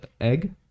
egg